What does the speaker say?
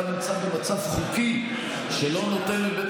אתה נמצא במצב חוקי שבו לא ניתן לבית